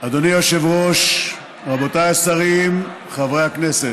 אדוני היושב-ראש, רבותיי השרים, חברי הכנסת,